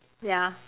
ya